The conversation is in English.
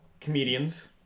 comedians